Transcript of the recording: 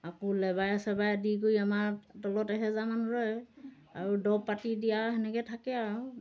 আকৌ লেবাৰে চেবাৰে দি কৰি আমাৰ তলত এহেজাৰমান ৰয় আৰু দৰব পাতি দিয়া সেনেকৈ থাকে আৰু